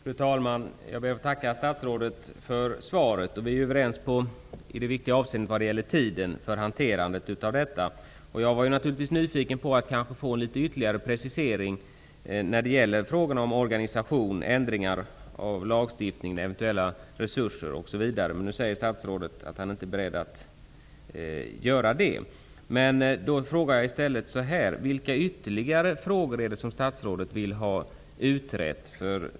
Fru talman! Jag ber att få tacka statsrådet för svaret. Vi är överens i ett viktigt avseende, nämligen vad beträffar tiden för hanterandet av frågan. Jag var nyfiken på att få en ytterligare precisering när det gäller frågorna om organisation, ändringar av lagstiftningen, eventuella resurser osv., men nu säger statsrådet att han inte är beredd att ge någon sådan. Då frågar jag i stället vilka ytterligare frågor statsrådet vill ha utredda.